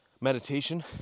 meditation